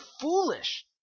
foolish